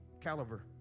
caliber